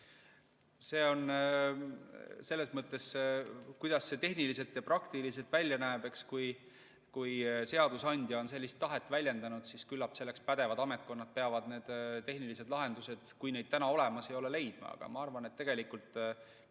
see välja näeks? See, kuidas see tehniliselt ja praktiliselt välja näeb – kui seadusandja on sellist tahet väljendanud, siis küllap selleks pädevad ametkonnad peavad need tehnilised lahendused, kui neid veel olemas ei ole, leidma. Aga mina olen aru